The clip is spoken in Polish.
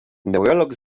neurolog